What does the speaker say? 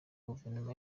guverinoma